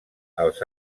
els